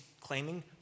claiming